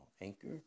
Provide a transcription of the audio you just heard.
Anchor